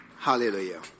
Hallelujah